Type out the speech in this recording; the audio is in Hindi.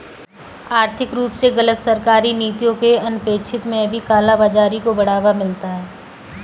आर्थिक रूप से गलत सरकारी नीतियों के अनपेक्षित में भी काला बाजारी को बढ़ावा मिलता है